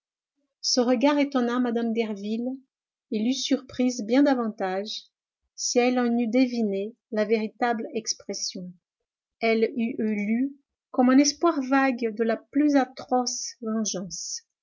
ce regard étonna mme derville et l'eût surprise bien davantage si elle en eût deviné la véritable expression elle y eût lu comme un espoir vague de la plus atroce vengeance